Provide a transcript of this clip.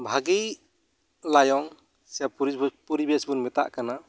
ᱵᱷᱟᱜᱮ ᱞᱟᱭᱚᱝ ᱥᱮ ᱯᱚᱨᱤᱵᱮᱥᱵᱚᱱ ᱢᱮᱛᱟᱜ ᱠᱟᱱᱟ